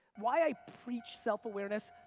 why i preach self-awareness,